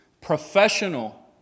professional